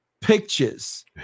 pictures